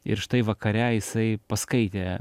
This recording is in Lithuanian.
ir štai vakare jisai paskaitė